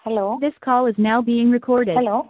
hello